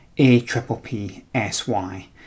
A-triple-P-S-Y